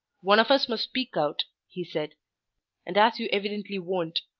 one of us must speak out, he said and as you evidently won't,